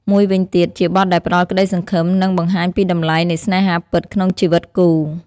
មួយវីញទៀត ជាបទដែលផ្តល់ក្តីសង្ឃឹម និងបង្ហាញពីតម្លៃនៃស្នេហាពិតក្នុងជីវិតគូ។